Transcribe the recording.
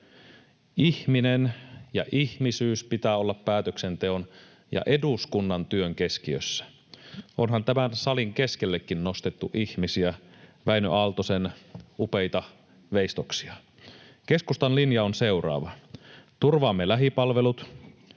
Ihminen ja ihmisyys pitää olla päätöksenteon ja eduskunnan työn keskiössä — onhan tämän salin keskellekin nostettu ihmisiä, Wäinö Aaltosen upeita veistoksia. Keskustan linja on seuraava: Turvaamme lähipalvelut.